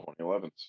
2011s